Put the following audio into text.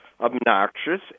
obnoxious